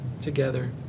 together